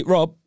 Rob